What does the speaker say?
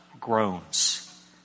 groans